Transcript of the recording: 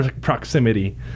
proximity